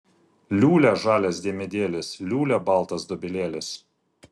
liūlia žalias diemedėlis liūlia baltas dobilėlis